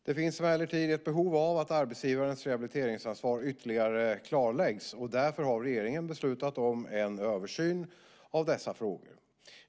Det finns emellertid ett behov av att arbetsgivarens rehabiliteringsansvar ytterligare klarläggs, och därför har regeringen beslutat om en översyn av dessa frågor.